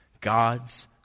God's